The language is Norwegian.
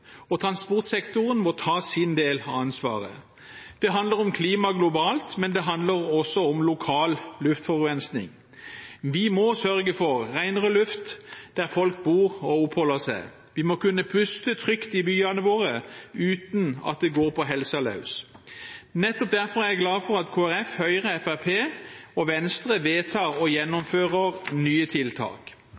og transportsektoren må ta sin del av ansvaret. Det handler om klima globalt, men det handler også om lokal luftforurensning. Vi må sørge for renere luft der folk bor og oppholder seg. Vi må kunne puste trygt i byene våre uten at det går på helsa løs. Nettopp derfor er jeg glad for at Kristelig Folkeparti, Høyre, Fremskrittspartiet og Venstre vedtar og gjennomfører nye tiltak.